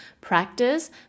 practice